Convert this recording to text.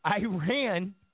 Iran